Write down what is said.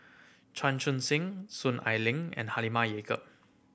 Chan Chun Sing Soon Ai Ling and Halimah Yacob